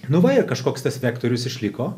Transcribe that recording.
nu va kažkoks tas vektorius išliko